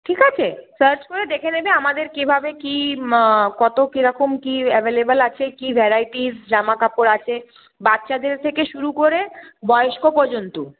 ঠিক আছে সার্চ করে দেখে নেবে আমাদের কীভাবে কি কত কিরকম কী অ্যাভেলেবেল আছে কি ভ্যারাইটিস জামাকাপড় আছে বাচ্চাদের থেকে শুরু করে বয়স্ক পর্যন্ত